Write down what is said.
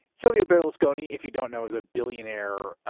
silvio berlusconi, if you don't know, is a billionaire